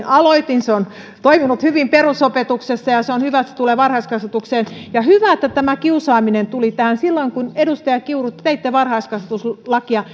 aloitin on toiminut hyvin perusopetuksessa ja on hyvä että se tulee varhaiskasvatukseen ja hyvä että kiusaaminen tuli tähän silloin kun edustaja kiuru teitte varhaiskasvatuslakia